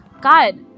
God